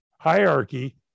hierarchy